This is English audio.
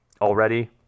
already